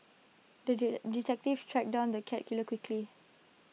the detective tracked down the cat killer quickly